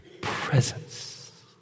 presence